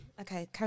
okay